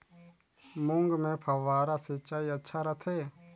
मूंग मे फव्वारा सिंचाई अच्छा रथे?